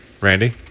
Randy